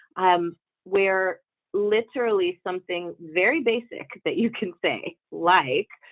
i'm where literally something very basic that you can say like